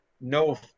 no